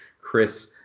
Chris